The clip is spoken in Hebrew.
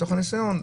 מתוך הניסיון,